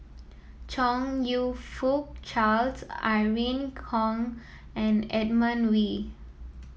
Chong You Fook Charles Irene Khong and Edmund Wee